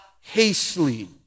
hastily